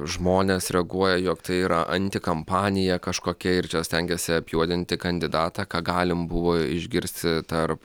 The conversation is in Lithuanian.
žmonės reaguoja jog tai yra antikampanija kažkokia ir čia stengiasi apjuodinti kandidatą ką galim buvo išgirsti tarp